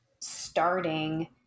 starting